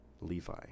Levi